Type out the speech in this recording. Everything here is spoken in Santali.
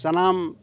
ᱥᱟᱱᱟᱢ